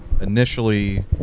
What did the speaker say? initially